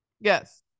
yes